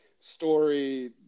story